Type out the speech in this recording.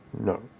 no